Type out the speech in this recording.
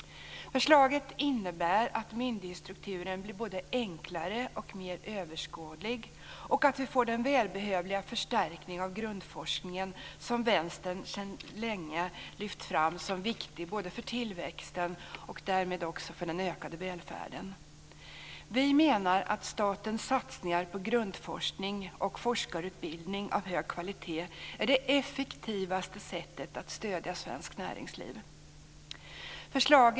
Förslaget innebär att myndighetsstrukturen blir både enklare och mer överskådlig och att vi får den välbehövliga förstärkning av grundforskningen som Vänstern sedan länge lyft fram som viktig för tillväxten och därmed också för den ökade välfärden. Vi menar att statens satsningar på grundforskning och forskarutbildning av hög kvalitet är det effektivaste sättet att stödja svenskt näringsliv.